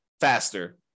faster